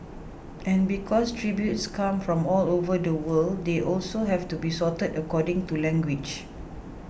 and because tributes come from all over the world they also have to be sorted according to language